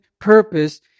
purpose